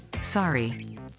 Sorry